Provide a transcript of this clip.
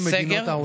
ב-5 באוקטובר 2020,